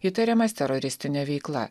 įtariamas teroristine veikla